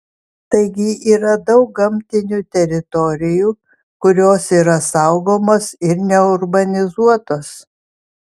taigi yra daug gamtinių teritorijų kurios yra saugomos ir neurbanizuotos